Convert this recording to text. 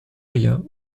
rien